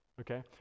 okay